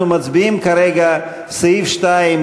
לכן אנחנו מצביעים כרגע על סעיף 2,